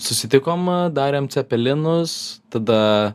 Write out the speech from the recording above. susitikom darėm cepelinus tada